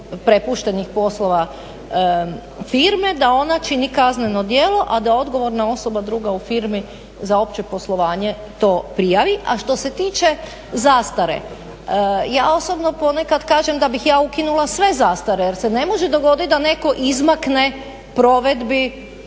prepuštenih poslova firme da ona čini kazneno djelo a da odgovorna osoba druga u firmi za opće poslovanje to prijavi. A što se tiče zastare, ja osobno ponekad kažem da bih ja ukinula sve zastare jer se ne može dogoditi da netko izmakne provedbi